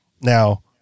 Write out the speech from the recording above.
now